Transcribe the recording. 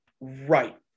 Right